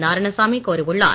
நாராயணசாமி கோரியுள்ளார்